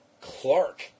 Clark